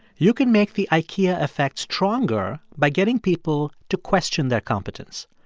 you can make the ikea effect stronger by getting people to question their competence.